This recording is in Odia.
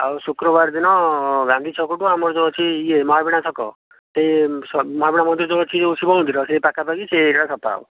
ଆଉ ଶୁକ୍ରବାର ଦିନ ଗାନ୍ଧୀ ଛକ ଠୁ ଆମର ଯେଉଁ ଅଛି ମହାବୀଣା ଛକ ଟି ମହାଵୀଣା ମନ୍ଦିର ଯେଉଁ ଅଛି ଯେଉଁ ଶିବ ମନ୍ଦିର ସେ ପାଖାପାଖି ସେହି ଏରିଆ ସଫା ହେବ